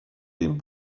den